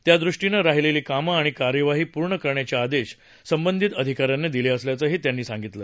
त्यादृष्टीनं राहिलेली कामं आणि कार्यवाही पूर्ण करण्याचे आदेश संबंधित अधिकाऱ्यांना दिले असल्याचंही त्यांनी सांगितलं